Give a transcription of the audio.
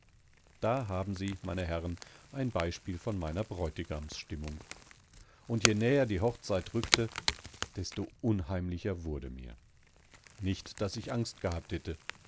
da haben sie meine herren ein beispiel von meiner bräutigamsstimmung und je näher die hochzeit rückte desto unheimlicher wurde mir nicht daß ich angst gehabt hätte